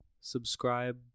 subscribe